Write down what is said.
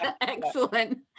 excellent